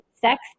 sex